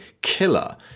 Killer